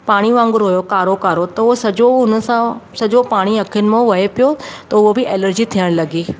पाणी वांगुरु हुयो कारो कारो त उहा सॼो उन सां सॼो पाणी अखियुनि मां वहे पियो त उहा बि एलर्जी थियणु लॻी